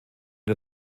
der